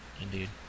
Indeed